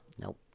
Nope